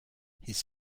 his